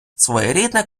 своєрідна